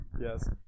Yes